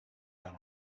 down